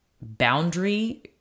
boundary